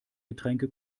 getränke